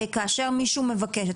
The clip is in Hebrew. כאשר מישהו מבקש,